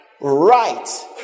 Right